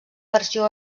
versió